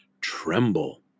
tremble